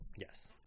Yes